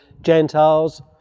Gentiles